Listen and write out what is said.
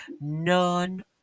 none